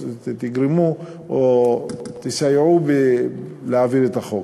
תגרמו או תסייעו להעביר את החוק.